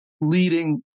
leading